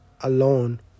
alone